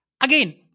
Again